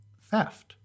theft